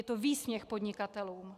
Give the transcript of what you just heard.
Je to výsměch podnikatelům.